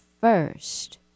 first